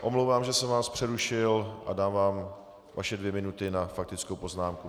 Omlouvám se, že jsem vás přerušil a dávám vaše dvě minuty na faktickou poznámku.